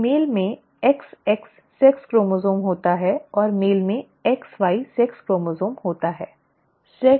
female में XX sex chromosome होता है और मेल में XY सेक्स क्रोमोसोम होता है